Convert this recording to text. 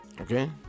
Okay